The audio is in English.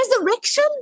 resurrection